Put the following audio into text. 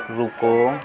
रुको